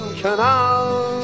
canal